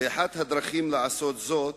ואחת הדרכים לעשות זאת